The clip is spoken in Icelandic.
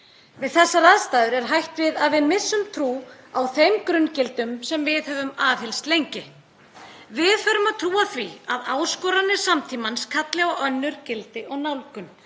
Við þessar aðstæður er hætt við að við missum trú á þeim grunngildum sem við höfum aðhyllst lengi. Við förum að trúa því að áskoranir samtímans kalli á önnur gildi og nálgun.